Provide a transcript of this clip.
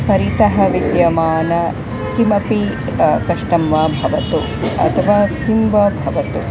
परितः विद्यमानं किमपि कष्टं वा भवतु अथवा किं वा भवतु